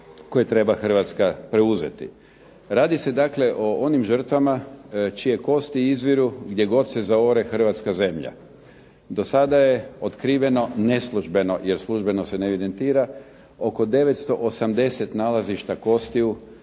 koje treba Hrvatska preuzeti. Radi se dakle o onim žrtvama čije kosti izviru gdje god se zaore hrvatska zemlja. Do sada je otkriveno neslužbeno, jer službeno se ne evidentira oko 980 nalazišta kostiju